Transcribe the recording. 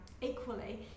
equally